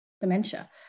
dementia